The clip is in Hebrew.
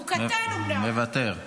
מוותר.